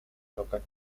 local